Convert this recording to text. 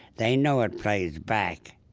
they know it plays back.